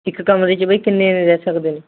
ਇੱਕ ਕਮਰੇ 'ਚ ਬਾਈ ਕਿੰਨੇ ਰਹਿ ਸਕਦੇ ਨੇ